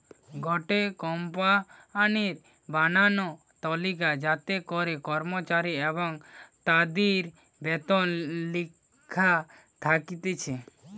গটে কোম্পানির বানানো তালিকা যাতে করে কর্মচারী এবং তাদির বেতন লেখা থাকতিছে